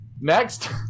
Next